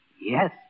yes